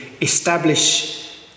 establish